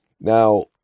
Now